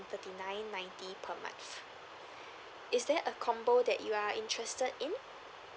thirty nine ninety per month is there a combo that you are interested in